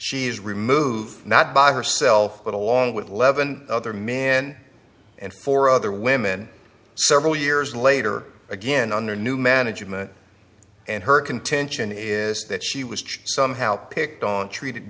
she is removed not by herself but along with eleven other men and four other women several years later again under new management and her contention is that she was somehow picked on treated